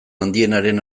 handienaren